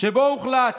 שבו הוחלט,